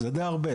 וזה די הרבה.